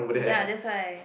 ya that's why